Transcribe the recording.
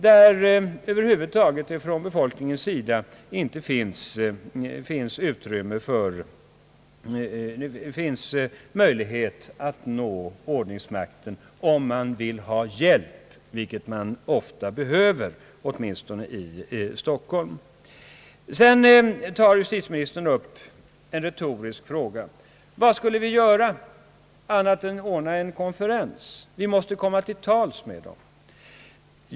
Där har befolkningen över huvud taget inte möjlighet att nå ordningsmakten, om man vill ha hjälp. Sedan ställer justitieministern en retorisk fråga: Vad skall vi göra, för att komma till tals med dem, om inte ordna en konferens?